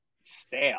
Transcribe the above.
stale